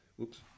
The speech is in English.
Oops